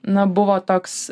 na buvo toks